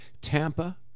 Tampa